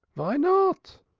vy not?